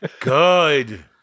Good